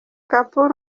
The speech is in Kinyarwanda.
kapoor